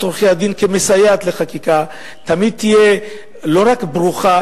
עורכי-הדין כמסייעת לחקיקה תמיד יהיה לא רק ברוך,